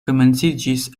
komenciĝis